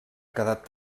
quedat